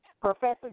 professor